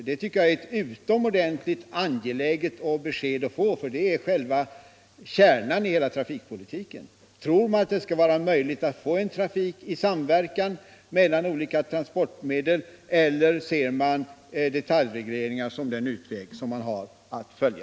Det är utomordentligt angeläget att få ett besked härom, för det är själva kärnan i hela trafikpolitiken. Anser man det möjligt att få en trafik i samverkan mellan olika transportmedel eller ser man detaljregleringar såsom den enda utvägen?